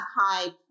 high